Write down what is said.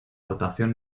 votación